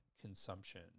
consumption